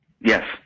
Yes